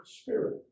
spirit